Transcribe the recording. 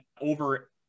over